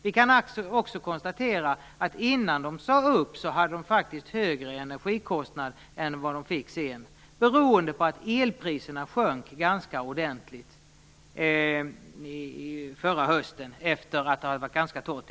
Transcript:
Vi kan också konstatera att de innan de gjorde uppsägningarna hade högre energikostnad än vad de fick sedan, beroende på att elpriserna sjönk ordentligt förra hösten efter att det hade varit ganska torrt.